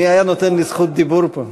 מי היה נותן לי זכות דיבור פה?